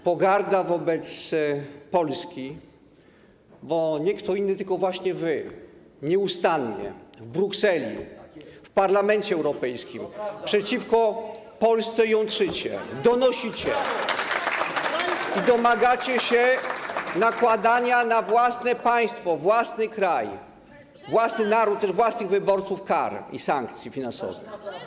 Pogarda wobec Polski, bo nie kto inny, tylko właśnie wy nieustannie w Brukseli, w Parlamencie Europejskim jątrzycie przeciwko Polsce, donosicie i domagacie się nakładania na własne państwo, na własny kraj, na własny naród, na własnych wyborców kar i sankcji finansowych.